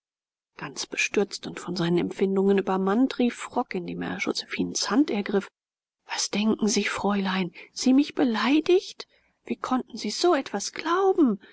ganz bestürzt und von seinen empfindungen übermannt rief frock indem er josephinens hand ergriff was denken sie fräulein sie mich beleidigt wie konnten sie so etwas glauben